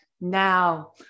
now